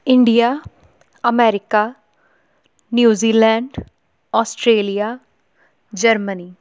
India America New Zealand Australia Germany